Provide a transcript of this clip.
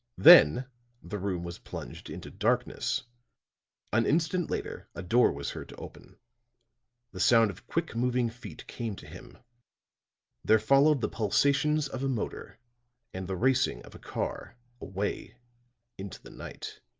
then the room was plunged into darkness an instant later a door was heard to open the sound of quick-moving feet came to him there followed the pulsations of a motor and the racing of a car away into the night.